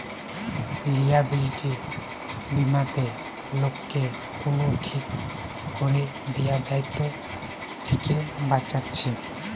liability বীমাতে লোককে কুনো ঠিক কোরে দিয়া দায়িত্ব থিকে বাঁচাচ্ছে